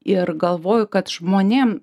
ir galvoju kad žmonėm